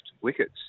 wickets